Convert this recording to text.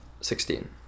sixteen